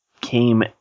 came